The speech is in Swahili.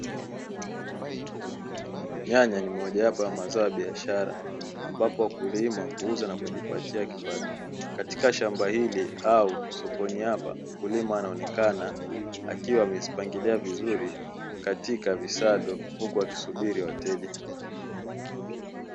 Nyanya ni mojawapo ya mazao ya biashara ambapo wakulima huuza na kujipatia kipato, katika shamba hili au sokoni hapa mkulima anaonekana akiwa amezipangilia vizuri katika visado huku akisubiria wateja.